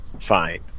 fine